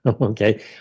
okay